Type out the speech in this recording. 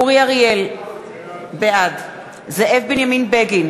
אורי אריאל, בעד זאב בנימין בגין,